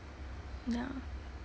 ya